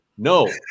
No